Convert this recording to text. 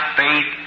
faith